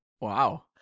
Wow